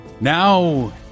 Now